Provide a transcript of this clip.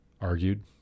argued